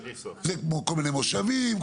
כל מיני מושבים,